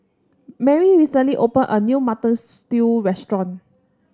Marry recently opened a new Mutton Stew restaurant